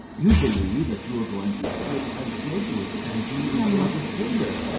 you believe that you are going to spit a jesuit, and he is your defender.